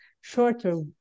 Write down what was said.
shorter